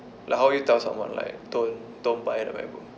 like how you tell someone like don't don't buy the macbook